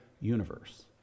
universe